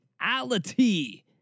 reality